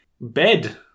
bed